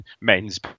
Men's